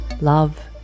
Love